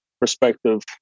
perspective